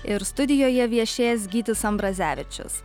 ir studijoje viešės gytis ambrazevičius